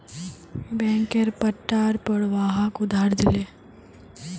बैंकेर पट्टार पर वहाक उधार दिले